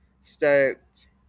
stoked